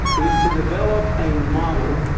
is to develop a model